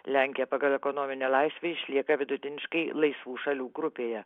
lenkija pagal ekonominę laisvę išlieka vidutiniškai laisvų šalių grupėje